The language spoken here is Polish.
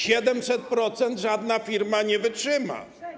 700% żadna firma nie wytrzyma.